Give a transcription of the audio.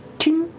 ting